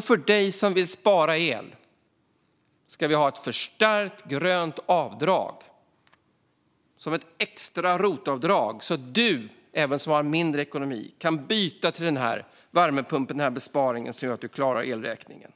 För dig som vill spara el ska vi ha ett förstärkt grönt avdrag, som ett extra rotavdrag, så att även du som har en mindre ekonomi kan byta till den där värmepumpen och besparingen som gör att du klarar att betala elräkningen.